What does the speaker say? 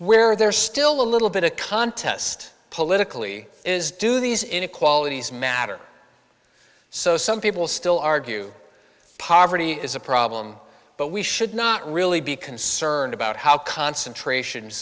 where there's still a little bit a contest politically is do these inequalities matter so some people still argue that poverty is a problem but we should not really be concerned about how concentrations